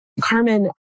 Carmen